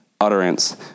utterance